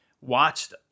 watched